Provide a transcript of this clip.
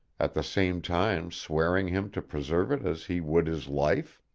at the same time swearing him to preserve it as he would his life?